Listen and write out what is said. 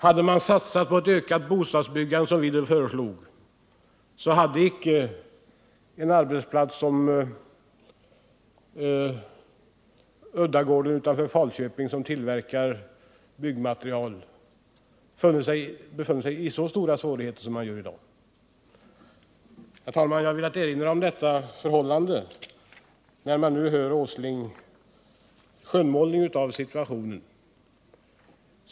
Hade man satsat på ett ökat bostadsbyggande, som vi föreslog, så hade icke en arbetsplats som Uddagården utanför Falköping, som tillverkar byggmaterial, befunnit sig i så stora svårigheter som i dag. Herr talman! Jag har velat erinra om detta förhållande när vi nu har hört Nils Åslings skönmålning av situationen.